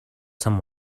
some